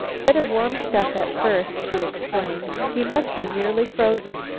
better warm stuff at first, she explained, he must be nearly frozen.